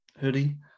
hoodie